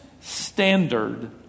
standard